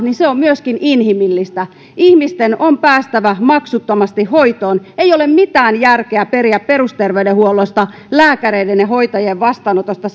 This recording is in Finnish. myöskin inhimillistä ihmisten on päästävä maksuttomasti hoitoon ei ole mitään järkeä periä perusterveydenhuollosta lääkäreiden ja hoitajien vastaanotoista